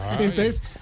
Entonces